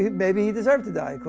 maybe he deserved to die.